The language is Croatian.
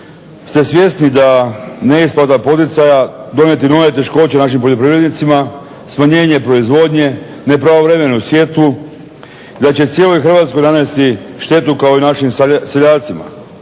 ste svjesni da neisplata poticaja donijeti nove poteškoće našim poljoprivrednicima, smanjenje proizvodnje, nepravovremenu sjetvu da će cijeloj Hrvatskoj nanijeti štetu kao i našim seljacima?